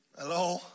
Hello